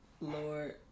Lord